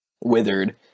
withered